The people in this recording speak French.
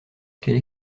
qu’elle